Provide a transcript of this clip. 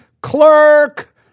clerk